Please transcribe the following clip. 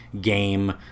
game